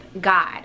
god